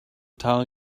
tell